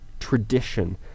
Tradition